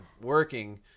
working